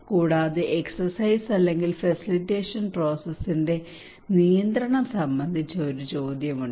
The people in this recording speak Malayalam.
കൂടാതെ എക്സെർസൈസ് അല്ലെങ്കിൽ ഫെസിലിറ്റേഷൻ പ്രോസസ്സിന്റെ നിയന്ത്രണം സംബന്ധിച്ച ഒരു ചോദ്യമുണ്ട്